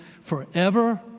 forever